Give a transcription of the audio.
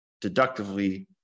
deductively